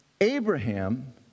Abraham